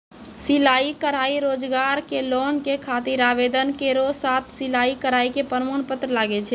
सिलाई कढ़ाई रोजगार के लोन के खातिर आवेदन केरो साथ सिलाई कढ़ाई के प्रमाण पत्र लागै छै?